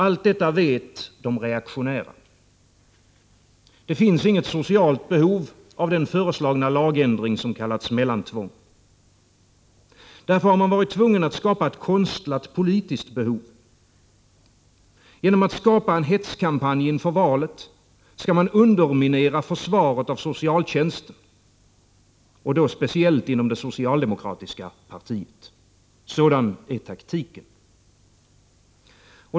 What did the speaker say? Allt detta vet de reaktionära. Det finns inget socialt behov av den föreslagna lagändring som kallats mellantvång. Därför har man varit tvungen att skapa ett konstlat politiskt behov. Genom att skapa en hetskampanj inför valet skall man underminera försvaret av socialtjänsten, speciellt inom det socialdemokratiska partiet. Sådan är taktiken.